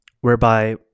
whereby